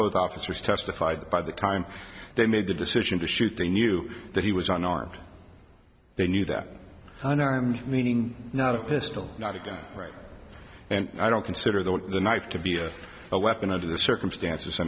both officers testified by the time they made the decision to shoot they knew that he was unarmed they knew that and i mean meaning not a pistol not a gun right and i don't consider that the knife to be a weapon under the circumstances i